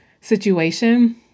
situation